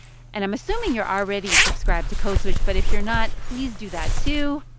and i'm assuming you're already subscribed to code switch. but if you're not, please do that, too